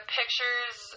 pictures